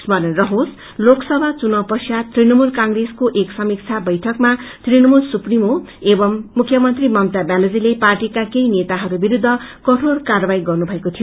स्मरण रहोस लोकसभा चुनावपश्चात तृणमूल कंप्रेसको एक समीक्षा बैठकमा तृणमूल सुप्रिमो एवम् मुख्यमंत्री ममता व्यानर्जीले पार्टीका केही नेताहरू विरूद्ध कठोर कार्यवाही गर्नुभएको थियो